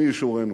מי ישורנו?